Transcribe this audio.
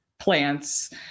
plants